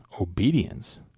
Obedience